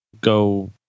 go